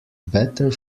better